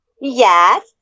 Yes